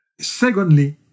Secondly